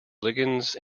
ligands